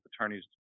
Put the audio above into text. Attorneys